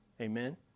Amen